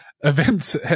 events